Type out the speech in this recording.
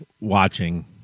watching